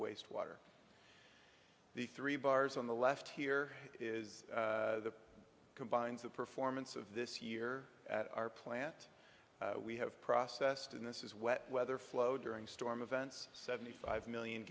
waste water the three bars on the left here is the combines the performance of this year at our plant we have processed and this is wet weather flow during storm events seventy five million